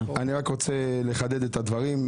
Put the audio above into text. אני רק רוצה לחדד את הדברים.